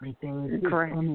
Correct